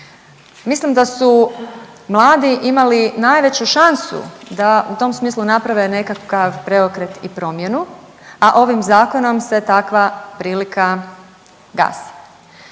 Mislim da su mladi imali najveću šansu da u tom smislu naprave nekakav preokret i promjenu, a ovim zakonom se takva prilika gasi.